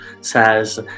says